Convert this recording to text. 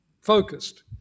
focused